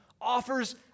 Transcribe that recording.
offers